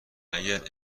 اگر